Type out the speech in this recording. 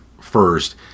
first